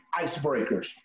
icebreakers